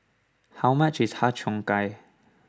how much is Har Cheong Gai